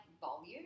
volume